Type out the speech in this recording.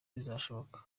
bizashoboka